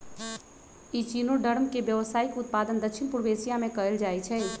echinoderm के व्यावसायिक उत्पादन दक्षिण पूर्व एशिया में कएल जाइ छइ